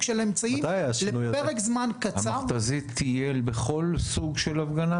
של אמצעים לפרק זמן קצר --- המכת"זית תהיה בכל סוג של הפגנה?